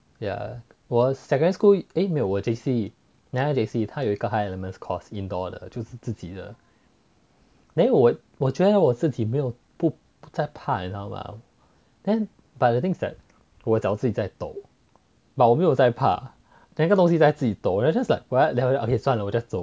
yeah 我 secondary school eh 没有我 J_C J_C 它有一个 high elements course 就是自己的 then 我觉得我自己没有不不在怕你知道吗 then but the thing is that 我脚自己在抖 but 我没有在怕 then 那个东西在自己抖 then just like [what] 我 just 自己走